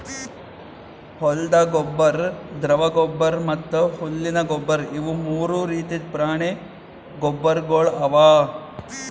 ಹೊಲ್ದ ಗೊಬ್ಬರ್, ದ್ರವ ಗೊಬ್ಬರ್ ಮತ್ತ್ ಹುಲ್ಲಿನ ಗೊಬ್ಬರ್ ಇವು ಮೂರು ರೀತಿದ್ ಪ್ರಾಣಿ ಗೊಬ್ಬರ್ಗೊಳ್ ಅವಾ